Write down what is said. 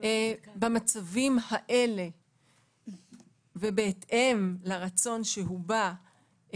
במצבים האלה ובהתאם לרצון שהובע,